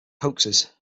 hoaxes